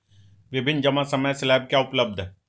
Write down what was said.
विभिन्न जमा समय स्लैब क्या उपलब्ध हैं?